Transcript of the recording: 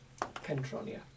Kentronia